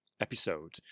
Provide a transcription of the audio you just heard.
episode